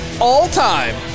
all-time